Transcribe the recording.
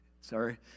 Sorry